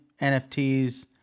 NFTs